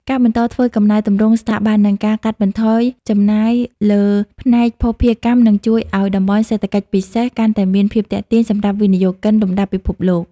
ការបន្តធ្វើកំណែទម្រង់ស្ថាប័ន និងការកាត់បន្ថយចំណាយលើផ្នែកភស្តុភារកម្ម នឹងជួយឱ្យ តំបន់សេដ្ឋកិច្ចពិសេស កាន់តែមានភាពទាក់ទាញសម្រាប់វិនិយោគិនលំដាប់ពិភពលោក។